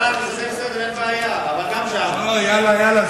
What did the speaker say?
אתה תעשה סדר, ואין בעיה, אבל גם, יאללה, יאללה.